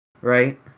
right